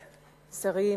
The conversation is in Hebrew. תודה, שרים,